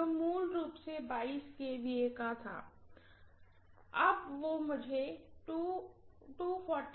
जो मूल रूप सेkVA का था अब जो मुझे वह